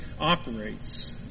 operates